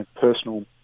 personal